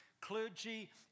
clergy